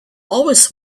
always